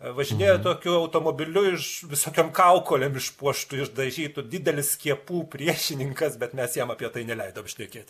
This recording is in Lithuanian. važinėja tokiu automobiliu iš visokiom kaukolėm išpuoštu išdažytu didelis skiepų priešininkas bet mes jam apie tai neleidom šnekėt